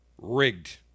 rigged